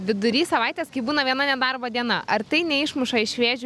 vidury savaitės kai būna viena nedarbo diena ar tai neišmuša iš vėžių